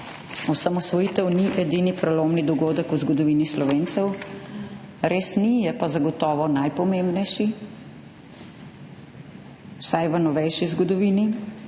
osamosvojitev ni edini prelomni dogodek v zgodovini Slovencev. Res ni, je pa zagotovo najpomembnejši, vsaj v novejši zgodovini.